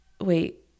wait